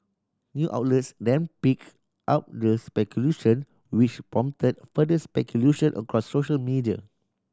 new outlets them pick up the speculation which prompted further speculation across social media